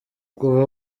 kuva